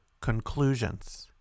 Conclusions